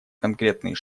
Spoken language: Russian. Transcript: конкретные